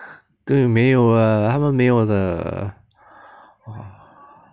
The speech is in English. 对没有的他们没有的